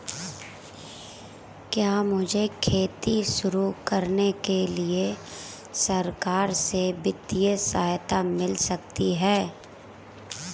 क्या मुझे खेती शुरू करने के लिए सरकार से वित्तीय सहायता मिल सकती है?